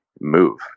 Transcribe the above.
move